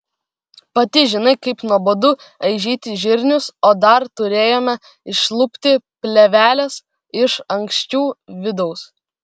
pati žinai kaip nuobodu aižyti žirnius o dar turėjome išlupti plėveles iš ankščių vidaus